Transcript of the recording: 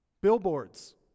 Billboards